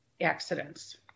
accidents